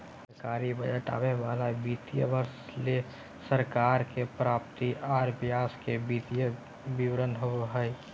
सरकारी बजट आवे वाला वित्तीय वर्ष ले सरकार के प्राप्ति आर व्यय के वित्तीय विवरण होबो हय